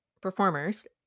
performers